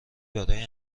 برای